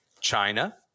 China